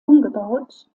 umgebaut